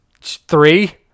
Three